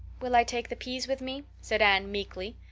will i take the peas with me? said anne meekly.